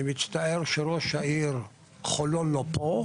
אני מצטער שראש העיר חולון לא פה.